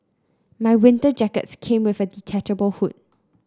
my winter jacket came with a detachable hood